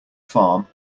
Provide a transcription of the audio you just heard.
farm